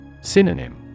Synonym